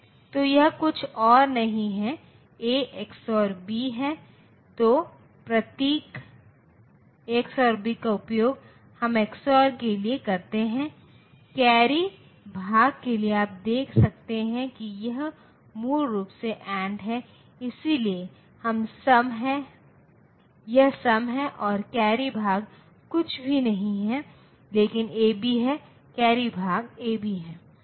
तो यह कुछ और नहीं पर A XOR B है तो प्रतीक ⊕ का उपयोग हम XOR के लिए करते हैं कैरी भाग के लिए आप देख सकते हैं कि यह मूल रूप से AND है इसलिए यह सम है और कैरी भाग कुछ भी नहीं है लेकिन AB है कैरी भाग A B है